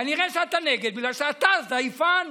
כנראה שאתה נגד בגלל שאתה זייפן.